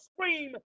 scream